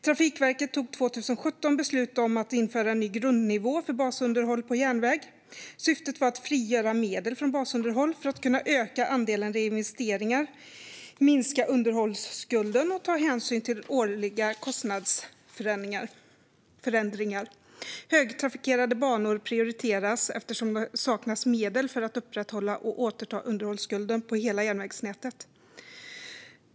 Trafikverket tog 2017 beslut om att införa en ny grundnivå för basunderhåll på järnväg. Syftet var att frigöra medel från basunderhåll för att kunna öka andelen reinvesteringar, minska underhållsskulden och ta hänsyn till årliga kostnadsförändringar. Högtrafikerade banor prioriteras eftersom det saknas medel för att upprätthålla och återta underhållsskulden på hela järnvägsnätet.